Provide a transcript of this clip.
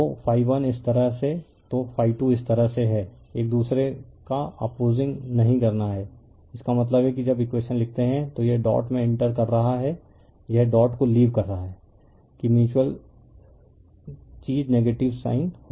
तो ∅1 इस तरह से तो ∅2 इस तरह से है एक दूसरे का अपोसिंग नहीं करना है इसका मतलब है कि जब इकवेशन लिखते हैं तो यह डॉट में इंटर कर रहा है यह डॉट को लीव कर रहा है कि म्यूच्यूअल चीज नेगेटिव साइन होगी